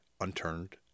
Unturned